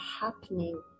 happening